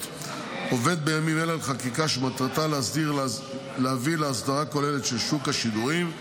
עובד בימים אלה על חקיקה שמטרתה להביא להסדרה כוללת של שוק השידורים,